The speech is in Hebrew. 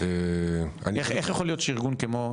איך יכול להיות שארגון כמו,